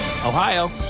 Ohio